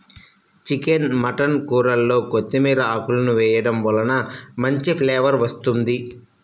chicken mutton కూరల్లో కొత్తిమీర ఆకులను వేయడం వలన మంచి ఫ్లేవర్ వస్తుంది